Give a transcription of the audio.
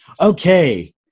Okay